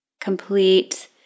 complete